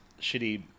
shitty